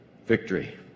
victory